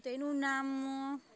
તેનું નામ